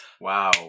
Wow